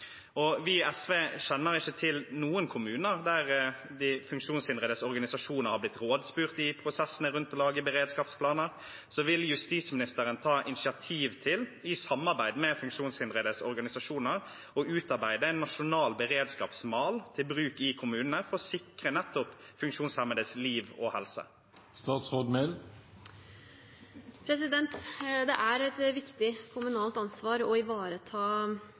Vi i SV kjenner ikke til noen kommuner der de funksjonshindredes organisasjoner har blitt rådspurt i prosessene rundt å lage beredskapsplaner. Vil justisministeren ta initiativ til, i samarbeid med funksjonshindredes organisasjoner, å utarbeide en nasjonal beredskapsmal til bruk i kommunene for å sikre nettopp funksjonshemmedes liv og helse? Det er et viktig kommunalt ansvar å ivareta